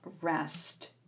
rest